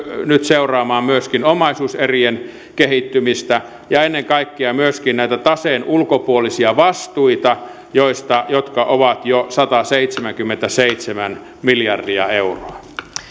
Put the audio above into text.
nyt seuraamaan myöskin omaisuuserien kehittymistä ja ennen kaikkea myöskin näitä taseen ulkopuolisia vastuita jotka ovat jo sataseitsemänkymmentäseitsemän miljardia euroa